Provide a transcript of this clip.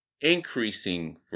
increasing